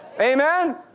Amen